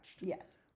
Yes